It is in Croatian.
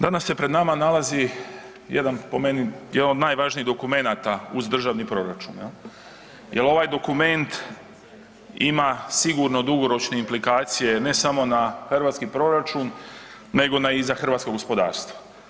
Danas se pred nama nalazi jedan po meni, jedan od najvažnijih dokumenata uz državni proračun jel ovaj dokument ima sigurno dugoročne implikacije ne samo na hrvatski proračun nego i za hrvatsko gospodarstvo.